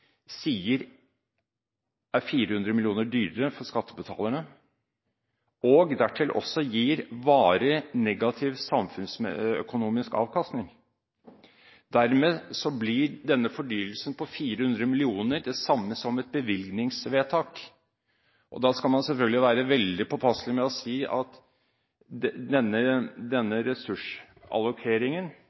sier er 400 mill. kr dyrere for skattebetalerne og dertil gir varig negativ samfunnsøkonomisk avkastning. Dermed blir denne fordyrelsen på 400 mill. kr det samme som et bevilgningsvedtak. Da skal man selvfølgelig være veldig påpasselig med å si at denne ressursallokeringen – i strid med det